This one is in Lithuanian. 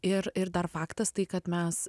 ir ir dar faktas tai kad mes